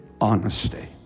honesty